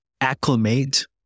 acclimate